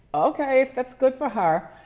okay, if that's good for her.